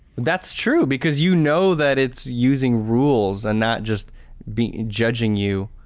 that's true because you know that it's using rules and not just being judging you.